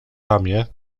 ramię